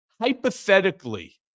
hypothetically